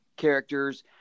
Characters